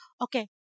Okay